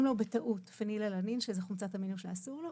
לו בטעות פנילאלנין שזאת חומצה אמינה שאסור לו,